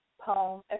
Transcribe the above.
poem